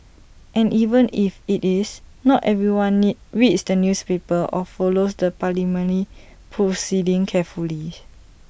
and even if IT is not everyone need reads the newspaper or follows the parliament proceedings carefully